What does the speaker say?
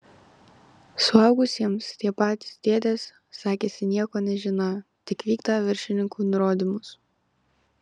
suaugusiems tie patys dėdės sakėsi nieko nežiną tik vykdą viršininkų nurodymus